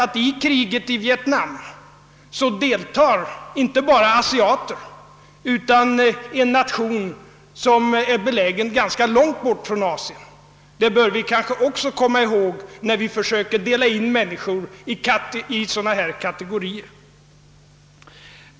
Och i vietnamkriget deltar inte bara asiater utan även en nation belägen ganska långt bort från Asien. Det bör vi också komma ihåg, när vi försöker dela in människor i kategorier.